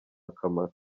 akamaro